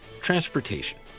transportation